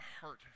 heart